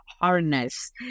harness